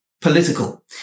political